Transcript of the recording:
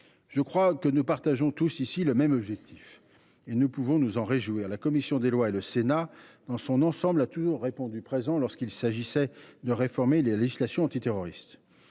Je crois que nous partageons tous ici le même objectif, et nous pouvons nous en réjouir. La commission des lois et le Sénat dans son ensemble ont toujours répondu présents lorsqu’il a fallu réformer la législation antiterroriste.